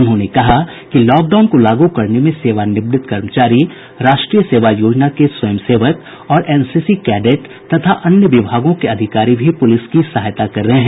उन्होंने कहा कि लॉकडाउन को लागू करने में सेवानिवृत्त कर्मचारी राष्ट्रीय सेवा योजना के स्वयं सेवक और एनसीसी कैडेट तथा अन्य विभागों के अधिकारी भी पुलिस की सहायता कर रहे हैं